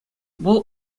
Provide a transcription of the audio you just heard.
вӑл